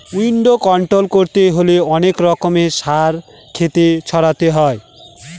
weed control করতে হলে অনেক রকমের সার ক্ষেতে ছড়াতে হয়